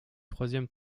troisième